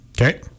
okay